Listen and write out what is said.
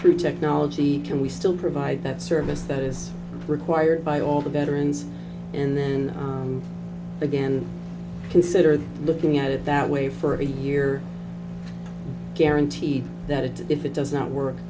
through technology can we still provide that service that is required by all the veterans and then again consider looking at it that way for a year guaranteed that if it doesn't work